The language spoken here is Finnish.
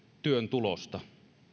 työn tulosta